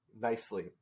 nicely